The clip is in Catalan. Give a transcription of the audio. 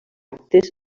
actes